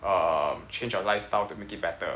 uh change your lifestyle to make it better